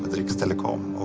rix telecom.